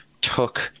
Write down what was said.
took